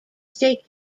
state